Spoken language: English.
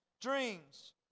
dreams